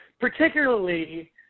particularly